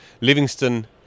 Livingston